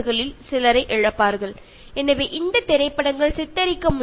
അതുകൊണ്ട് ജീവിതം ഇത്തരത്തിലുള്ള അലഞ്ഞു തിരിയലിൽ അവസാനിക്കുന്നു